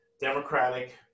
Democratic